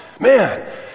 man